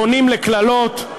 פונים לקללות,